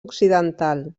occidental